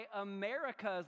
America's